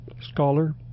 scholar